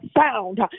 sound